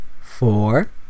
four